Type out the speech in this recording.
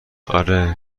آره